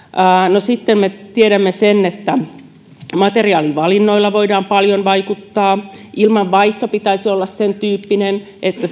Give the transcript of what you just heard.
no sitten me tiedämme sen että materiaalivalinnoilla voidaan paljon vaikuttaa ilmanvaihdon pitäisi olla sentyyppinen että